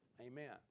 Amen